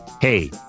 Hey